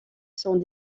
sont